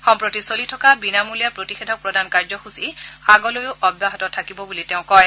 সম্প্ৰতি চলি থকা বিনামূলীয়া প্ৰতিষেধক প্ৰদান কাৰ্যসূচী আগলৈও অব্যাহত থাকিব বুলি তেওঁ কয়